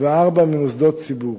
וארבע ממוסדות ציבור,